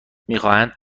میخواهند